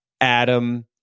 Adam